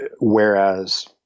whereas